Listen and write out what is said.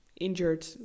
injured